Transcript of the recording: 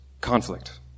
conflict